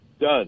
done